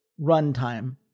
runtime